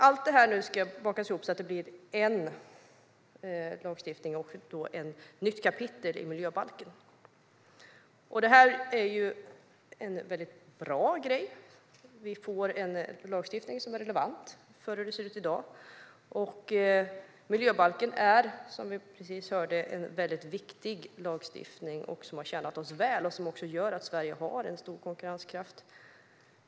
Allt detta ska nu bakas ihop så att det blir en lagstiftning och ett nytt kapitel i miljöbalken. Det är en väldigt bra grej. Vi får en lagstiftning som är relevant för hur det ser ut i dag. Miljöbalken är, som vi precis hörde, en väldigt viktig lagstiftning som har tjänat oss väl och som gör att Sverige har en stor konkurrenskraft.